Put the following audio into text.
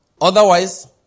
Otherwise